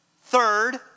Third